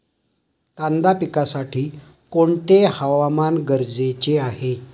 कांदा पिकासाठी कोणते हवामान गरजेचे आहे?